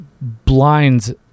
blinds